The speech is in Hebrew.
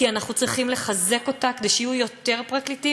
כי אנחנו צריכים לחזק אותה כדי שיהיו יותר פרקליטים.